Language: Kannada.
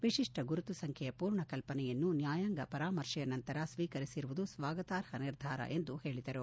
ವಿಶಿಷ್ಟ ಗುರುತು ಸಂಬ್ಲೆಯ ಪೂರ್ಣ ಕಲ್ಪನೆಯನ್ನು ನ್ಯಾಯಾಂಗ ಪರಾಮರ್ಶೆಯ ನಂತರ ಸ್ನೀಕರಿಸಿರುವುದು ಸ್ನಾಗತಾರ್ಹ ನಿರ್ಧಾರ ಎಂದು ಹೇಳದರು